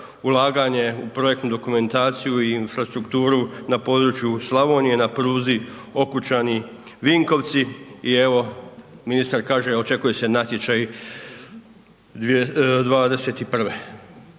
ulaganje u projektnu dokumentaciju i infrastrukturu na području Slavonije na pruzi Okučani-Vinkovci i evo ministar kaže očekuje se natječaj '21.